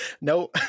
No